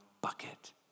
bucket